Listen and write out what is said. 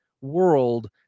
world